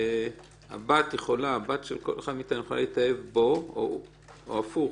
הבת של כל אחד מאתנו יכולה להתאהב בו או הפוך,